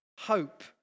hope